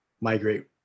migrate